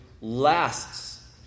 lasts